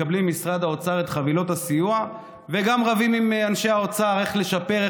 מקבלים ממשרד האוצר את חבילות הסיוע וגם רבים עם אנשי האוצר איך לשפר,